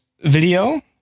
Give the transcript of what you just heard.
video